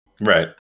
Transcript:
Right